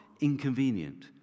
inconvenient